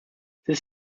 this